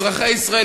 אזרחי ישראל,